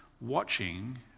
watching